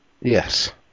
Yes